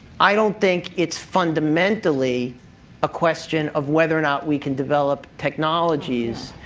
i don't think it's fundamentally a question of whether or not we can develop technologies.